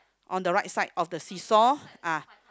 on the right side of the seesaw ah